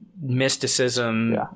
mysticism